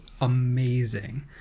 amazing